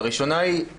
הראשונה היא,